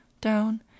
down